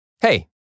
Hey